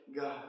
God